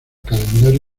calendario